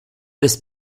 this